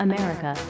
America